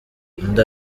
undi